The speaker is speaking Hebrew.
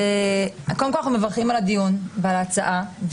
קודם כל, אנו מברכים על הדיון ועל ההצעה.